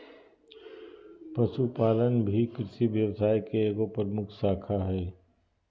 पशुपालन भी कृषि व्यवसाय के एगो प्रमुख शाखा हइ